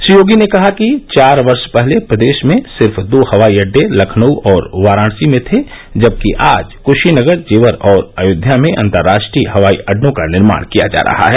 श्री योगी ने कहा कि चार वर्ष पहले प्रदेश में सिर्फ दो हवाई अड्डे लखनऊ और वाराणसी में थे जबकि आज क्शीनगर जेवर और अयोध्या में अंतराष्ट्रीय हवाई अड्डों का निर्माण किया जा रहा है